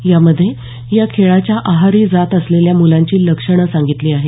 यामध्ये या खेळाच्या आहारी जात असलेल्या मुलांची लक्षणं सांगितली आहेत